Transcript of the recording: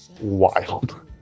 wild